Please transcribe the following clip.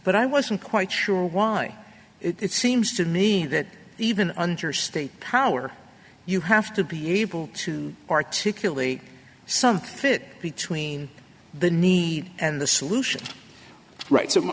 but i wasn't quite sure why it seems to me that even under state power you have to be able to articulate some fit between the needs and the solution right